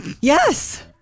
yes